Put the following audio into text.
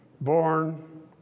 born